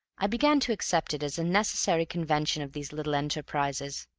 i began to accept it as a necessary convention of these little enterprises.